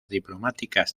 diplomáticas